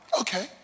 okay